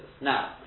Now